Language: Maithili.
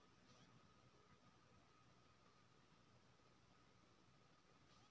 हम अपन गेहूं के उपजा के खराब होय से पहिले ही गोदाम में कहिया तक रख सके छी?